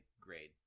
grade